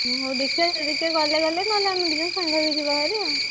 ହଉ ଦେଖିବା ଯଦି କିଏ ଗଲେ ଗଲେ ନହେଲେ ଆମେ ଦୁଇ ଜଣ ସାଙ୍ଗ ହୋଇକି ଯିବା ଭାରି ଆଉ